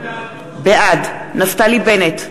בעד נפתלי בנט,